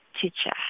teacher